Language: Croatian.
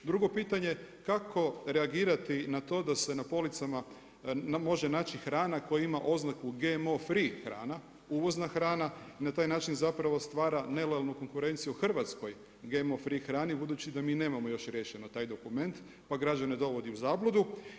Drugo pitanje, kako reagirati na to da se na policama može naći hrana koja ima oznaku GMO free hrana, uvozna hrana i na taj način zapravo stvara nelojalnu konkurenciju hrvatskoj GMO free hrani budući da mi još nemamo riješeno taj dokument pa građane dovodi u zabludu?